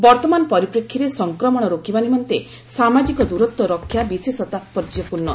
ବର୍ଭମାନ ପରିପ୍ରେକ୍ଷୀରେ ସଂକ୍ରମଣ ରୋକିବା ନିମନ୍ତେ ସାମାଜିକ ଦୂରତ୍ୱ ରକ୍ଷା ବିଶେଷ ତାତ୍ପର୍ଯ୍ୟପୂର୍ଣ୍ଣ